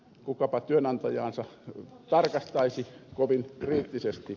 kukapa työnantajaansa tarkastaisi kovin kriittisesti